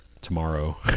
tomorrow